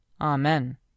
Amen